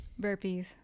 burpees